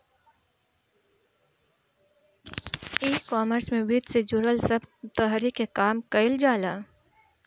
ecommerce में वित्त से जुड़ल सब तहरी के काम कईल जाला